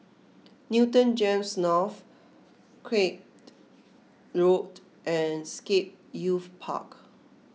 Newton G E M S North Craig Road and Scape Youth Park